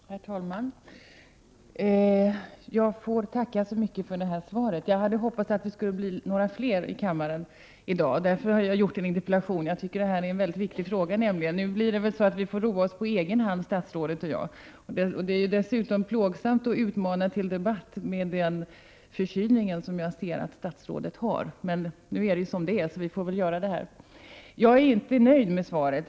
Herr talman! Jag tackar så mycket för svaret. Jag hade hoppats på ytterligare deltagare i dagens debatt. Jag framställde denna interpellation eftersom jag anser att detta är en mycket viktig fråga. Nu får vi roa oss på egen hand, statsrådet och jag, även om det plågar mig att utmana statsrådet till debatt, med tanke på den förkylning som jag ser att hon lider av. Men som saken nu är, får vi försöka att göra det bästa av den. Jag är inte nöjd med svaret.